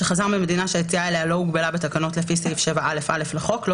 שחזר ממדינה שהיציאה אליה לא הוגבלה בתקנות לפי סעיף 7א(א) לחוק לא